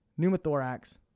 pneumothorax